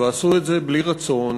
ועשו את זה בלי רצון,